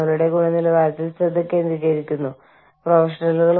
നമ്മൾ കേവലവാദത്തെക്കുറിച്ച് സംസാരിച്ചു